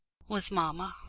was mamma!